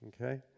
Okay